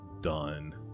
done